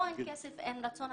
לא אין כסף, אין רצון.